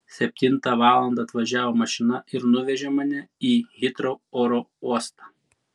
septintą valandą atvažiavo mašina ir nuvežė mane į hitrou oro uostą